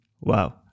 Wow